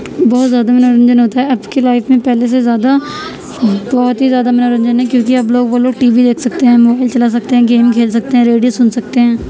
بہت زیادہ منورنجن ہوتا ہے اب کی لائف میں پہلے سے زیادہ بہت ہی زیادہ منورنجن ہے کیونکہ اب لوگ وہ لوگ ٹی وی دیکھ سکتے ہیں موبائل چلا سکتے ہیں گیم کھیل سکتے ہیں ریڈیو سن سکتے ہیں